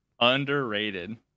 underrated